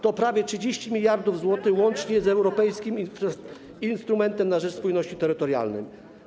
To prawie 30 mld zł, łącznie z europejskim instrumentem na rzecz spójności terytorialnej.